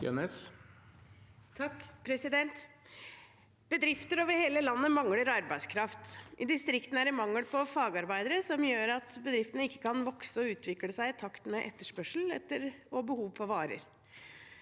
(H) Bedrifter over hele landet mangler arbeidskraft. I distriktene er det mangel på fagarbeidere, noe som gjør at bedriftene ikke kan vokse og utvikle seg i takt med etterspørsel og behov for varer.